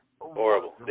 Horrible